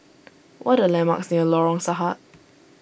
what are the landmarks near Lorong Sahad